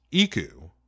Iku